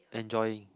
enjoying